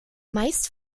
meist